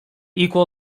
equal